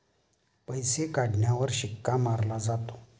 पैसे काढण्यावर शिक्का मारला जातो